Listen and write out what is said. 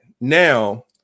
now